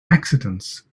accidents